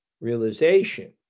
realization